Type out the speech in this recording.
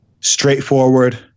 straightforward